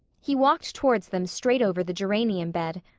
he walked towards them straight over the geranium bed.